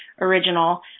original